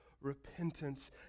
repentance